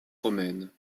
romaine